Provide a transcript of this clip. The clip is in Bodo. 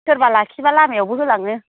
सोरबा लाखियोबा लामायावबो होलाङो